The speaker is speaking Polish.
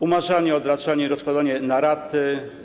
Umarzanie, odraczanie i rozkładanie na raty.